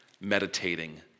meditating